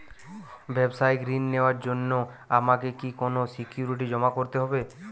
ব্যাবসায়িক ঋণ নেওয়ার জন্য আমাকে কি কোনো সিকিউরিটি জমা করতে হবে?